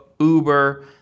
Uber